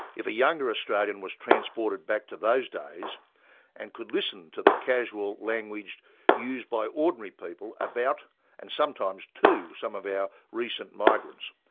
if a younger australian was transported back to those days and could listen to the casual language used by ordinary people about and sometimes to some of our recent migrants,